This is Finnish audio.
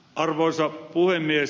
arvoisa puhemies